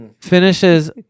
finishes